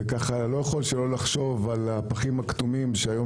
וככה לא יכול שלא לחשוב על הפחים הכתומים שהיום